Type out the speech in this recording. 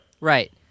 Right